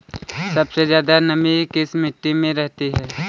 सबसे ज्यादा नमी किस मिट्टी में रहती है?